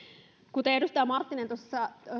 kuten edustaja marttinen tuossa